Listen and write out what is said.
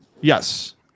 Yes